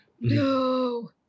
No